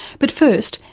but first,